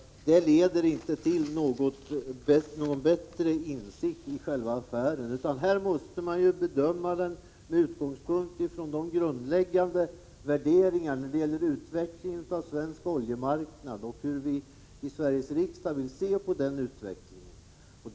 Det leder inte till någon bättre insikt om själva affären. Man måste bedöma affären med utgångspunkt i de grundläggande värderingarna när det gäller utvecklingen av svensk oljemarknad och hur vi i Sveriges riksdag vill se på den utvecklingen.